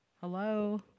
Hello